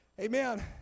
Amen